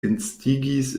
instigis